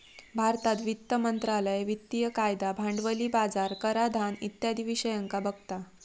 भारतात वित्त मंत्रालय वित्तिय कायदा, भांडवली बाजार, कराधान इत्यादी विषयांका बघता